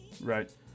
Right